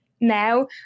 now